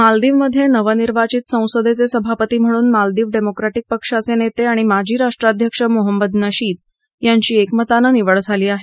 मालदीवमध्ये नवनिर्वाचित संसदेचे सभापती म्हणून मालदीव डेमोक्रविक पक्षाचे नेते आणि माजी राष्ट्राध्यक्ष मोहम्मद नशीद यांची एकमतानं निवड झाली आहे